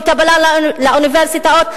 בקבלה לאוניברסיטאות,